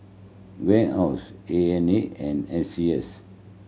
Warehouse N A N and S C S